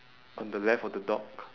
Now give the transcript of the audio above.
on the left of the dog